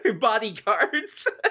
bodyguards